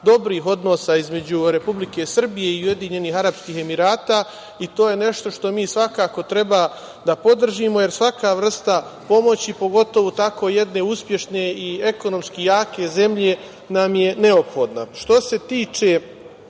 dobrih odnosa između Republike Srbije i UAE i to je nešto što mi svakako treba da podržimo, jer svaka vrsta pomoći, pogotovo tako jedne uspešne i ekonomski jake zemlje nam je neophodna. Što